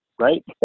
right